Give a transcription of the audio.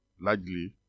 largely